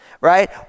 right